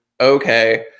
okay